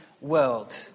world